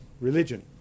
Religion